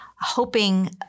hoping